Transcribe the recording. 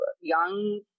young